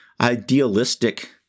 idealistic